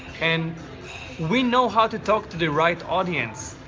and we know how to talk to the right audience.